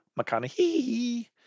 McConaughey